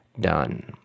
done